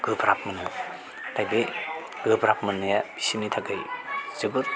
गोब्राब मोनो ओमफ्राय बे गोब्राब मोननाया बिसोरनि थाखाय जोबोर